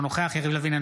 אינו נוכח יריב לוין,